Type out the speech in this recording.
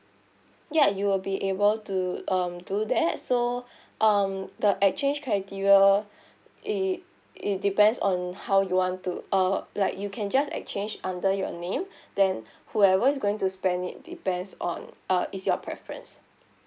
ya you will be able to um do that so um the exchange criteria it it depends on how you want to uh like you can just exchange under your name then whoever is going to spend it depends on uh is your preference